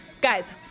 Guys